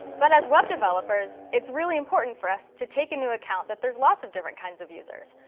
but as web developers, it's really important for us to take into account that there's lots of different kinds of users,